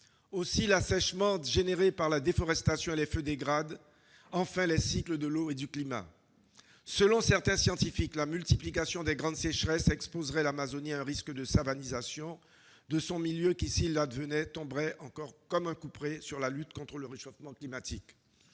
entier. L'assèchement provoqué par la déforestation et les feux dégrade enfin les cycles de l'eau et du climat. Selon certains scientifiques, la multiplication des grandes sécheresses exposerait l'Amazonie à un risque de « savanisation » qui, si elle advenait, tomberait comme un couperet sur la lutte contre le réchauffement climatique.